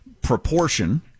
proportion